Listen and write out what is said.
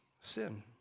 sin